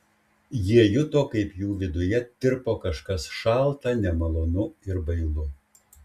jie juto kaip jų viduje tirpo kažkas šalta nemalonu ir bailu